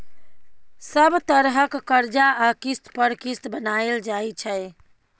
सब तरहक करजा आ किस्त पर किस्त बनाएल जाइ छै